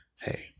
Hey